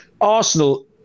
Arsenal